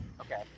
Okay